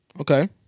Okay